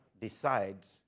decides